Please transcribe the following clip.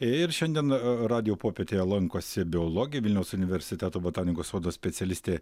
ir šiandien radijo popietėje lankosi biologė vilniaus universiteto botanikos sodo specialistė